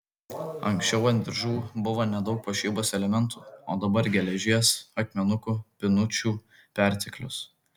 anksčiau ant diržų buvo nedaug puošybos elementų o dabar geležies akmenukų pynučių perteklius